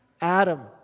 Adam